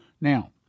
Now